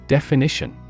Definition